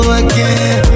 again